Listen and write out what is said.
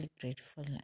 grateful